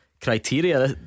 criteria